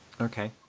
Okay